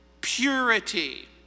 purity